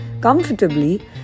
comfortably